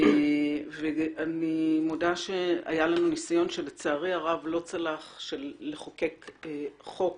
אני מודה שהיה ניסיון, שלצערי לא צלח, לחוקק חוק